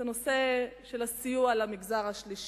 נושא הסיוע למגזר השלישי,